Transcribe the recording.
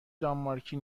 دانمارکی